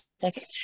second